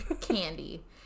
Candy